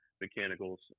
mechanicals